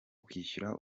kwishyura